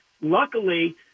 luckily